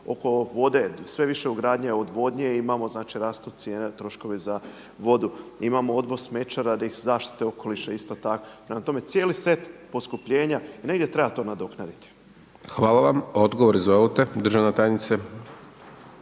Oko vode sve više ugradnja odvodnje imamo, znači rastu cijene troškovi za vodu. Imamo odvoz smeća radi zaštite okoliša isto tako. Prema tome cijeli set poskupljenja i negdje treba to nadoknaditi. **Hajdaš Dončić, Siniša